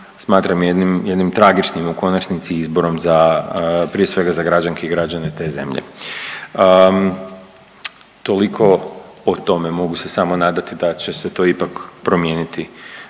jednim, jednim tragičnim u konačnici izborom za, prije svega za građanke i građane te zemlje. Toliko o tome, mogu se samo nadati da će se to ipak promijeniti